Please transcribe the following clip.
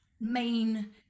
main